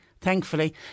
thankfully